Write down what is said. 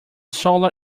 solar